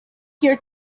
here